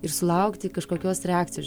ir sulaukti kažkokios reakcijos